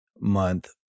month